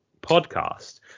podcast